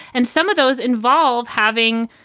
and some of those involve having,